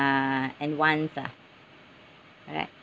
uh and wants lah alright